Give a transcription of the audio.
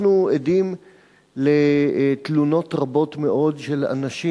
אנחנו עדים לתלונות רבות מאוד של אנשים